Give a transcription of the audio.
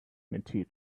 material